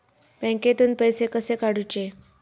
बँकेतून पैसे कसे काढूचे?